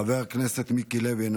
חבר הכנסת מיקי לוי,